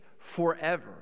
Forever